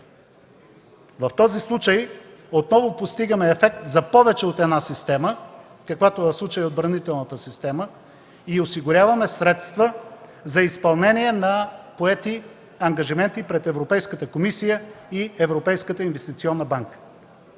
В този случай отново постигаме ефект за повече от една система, каквато в случая е отбранителната система, и осигуряваме средства за изпълнение на поети ангажименти пред Европейската комисия и Европейската инвестиционна банка.